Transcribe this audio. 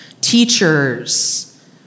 teachers